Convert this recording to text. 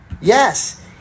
Yes